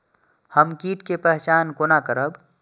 हम कीट के पहचान कोना करब?